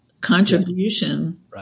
contribution